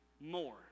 more